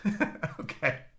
Okay